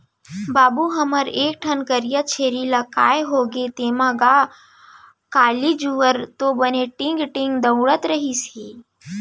बाबू हमर एक ठन करिया छेरी ला काय होगे तेंमा गा, काली जुवार तो बने टींग टींग दउड़त रिहिस हे